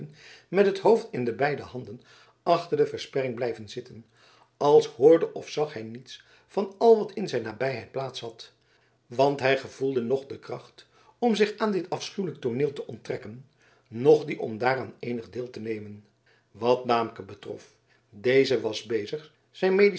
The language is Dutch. met het hoofd in de beide handen achter de versperring blijven zitten als hoorde of zag hij niets van al wat in zijn nabijheid plaats had want hij gevoelde noch de kracht om zich aan dit afschuwelijk tooneel te onttrekken noch die om daaraan eenig deel te nemen wat daamke betrof deze was bezig zijn